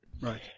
Right